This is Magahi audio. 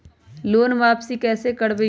लोन वापसी कैसे करबी?